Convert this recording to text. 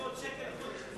500 שקלים לחודש לפחות.